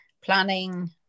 planning